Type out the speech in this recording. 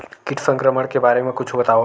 कीट संक्रमण के बारे म कुछु बतावव?